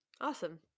Awesome